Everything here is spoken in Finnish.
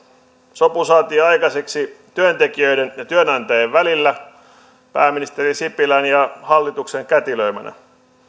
sopu saatiin aikaiseksi työntekijöiden ja työnantajien välillä pääministeri sipilän ja hallituksen kätilöimänä